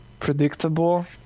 predictable